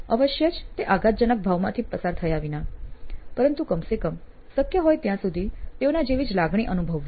" અવશ્ય જ તે આઘાતજનક ભાગમાંથી પસાર થયા વિના પરંતુ કમ સે કમ શક્ય હોય ત્યાં સુધી તેઓના જેવી જ લાગણી અનુભવવી